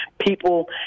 People